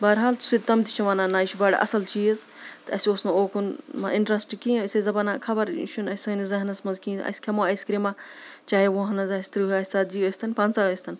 بحرحال سُہ تہِ تٕم تہِ چھِ وَنان نہ یہِ چھُ بَڑٕ اَصٕل چیٖز تہٕ اَسہِ اوس نہٕ اوکُن اِنٹرٛسٹ کِہیٖنۍ أسۍ ٲسۍ دَپان نہ خبر یہِ چھُنہٕ اَسہِ سٲنِس ذہنَس منٛز کِہیٖنۍ اَسہِ کھٮ۪مو آیِس کرٛیٖمہ چاہے وُہَن ہٕنٛز آسہِ تٕرٛہ آسہِ ژتجی ٲسۍ تَن پنٛژاہ ٲسۍ تَن